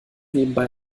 nebenbei